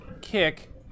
kick